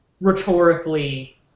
rhetorically